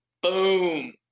Boom